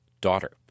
daughter